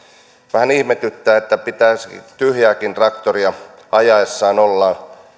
vähän ihmetyttää että pitäisi tyhjääkin traktoria ajaessaan olla